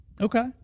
Okay